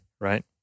right